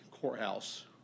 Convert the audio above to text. Courthouse